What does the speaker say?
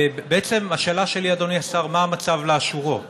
בעצם, אדוני השר, השאלה שלי היא: מהו המצב לאשורו?